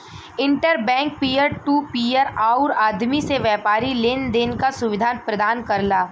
inter bank peer to peer आउर आदमी से व्यापारी लेन देन क सुविधा प्रदान करला